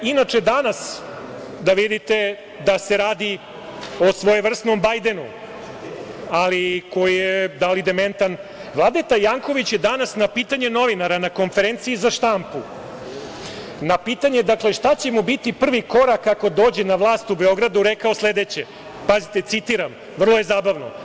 Inače, danas da vidite da se radi o svojevrsnom „Bajdenu“, ali koji, da li je dementan, Vladeta Janković je danas na pitanje novinara na konferenciji za štampu na pitanje – šta će mu biti prvi korak ako dođe na vlast u Beogradu, rekao sledeće, citiram, vrlo je zabavno.